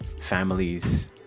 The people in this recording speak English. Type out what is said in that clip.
families